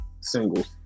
singles